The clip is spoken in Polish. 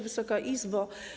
Wysoka Izbo!